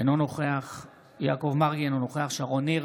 אינו נוכח יעקב מרגי, אינו נוכח שרון ניר,